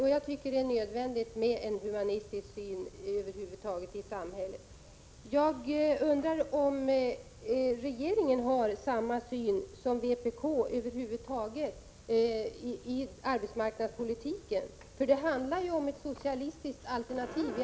Herr talman! Lahja Exner har tidigare talat om att det inte firins något icke-socialistiskt regeringsalternativ när det gäller denna politik. Man ningen.